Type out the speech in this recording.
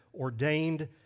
ordained